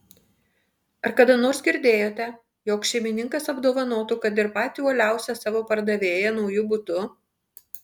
ar kada nors girdėjote jog šeimininkas apdovanotų kad ir patį uoliausią savo pardavėją nauju butu